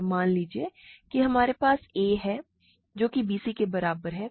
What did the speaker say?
तो मान लीजिए कि हमारे पास a है जो कि bc के बराबर है